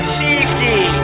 safety